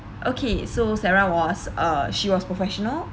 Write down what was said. okay so sarah was uh she was professional